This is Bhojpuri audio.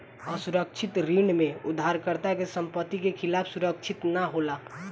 असुरक्षित ऋण में उधारकर्ता के संपत्ति के खिलाफ सुरक्षित ना होला